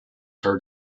heard